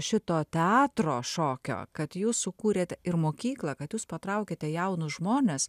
šito teatro šokio kad jūs sukūrėt ir mokyklą kad jūs patraukėte jaunus žmones